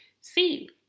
see